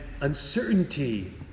uncertainty